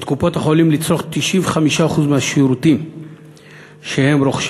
את קופות-החולים לצרוך 95% מהשירותים שהן רוכשות